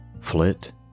flit